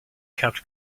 kept